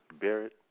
Barrett